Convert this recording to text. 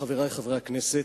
חברי חברי הכנסת,